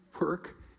work